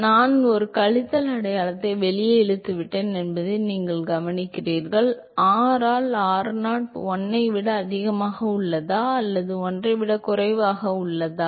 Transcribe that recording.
நான் ஒரு கழித்தல் அடையாளத்தை வெளியே இழுத்துவிட்டேன் என்பதை நீங்கள் கவனிக்கிறீர்கள் r ஆல் r0 1 ஐ விட அதிகமாக உள்ளதா அல்லது 1 ஐ விட குறைவாக உள்ளதா